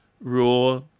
raw